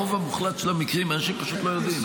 ברוב המוחלט של המקרים אנשים פשוט לא יודעים.